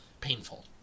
painful